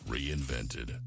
Reinvented